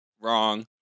wrong